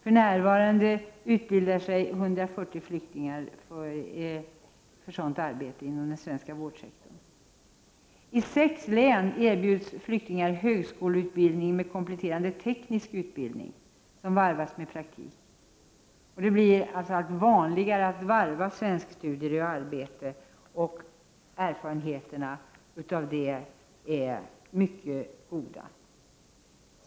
För närvarande utbildar sig 140 flyktingar för sådant arbete inom den svenska vårdsektorn. I sex län erbjuds flyktingar högskoleutbildning med kompletterande teknisk utbildning, som varvas med praktik. Det blir allt vanligare att varva svenskstudier och arbete, och erfarenheterna härav är mycket goda.